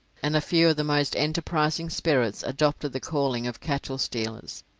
and a few of the most enterprising spirits adopted the calling of cattle stealers,